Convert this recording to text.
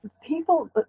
people